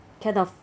kind of